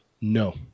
No